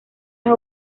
las